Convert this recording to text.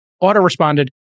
auto-responded